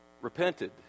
repented